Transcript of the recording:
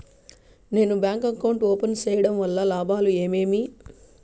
నేను bank account open సేయడం వల్ల లాభాలు ఏమేమి?